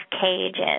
cages